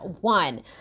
one